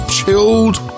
Chilled